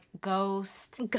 ghost